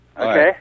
Okay